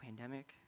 pandemic